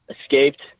escaped